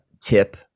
tip